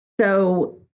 So-